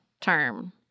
term